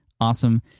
Awesome